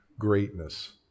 greatness